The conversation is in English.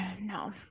no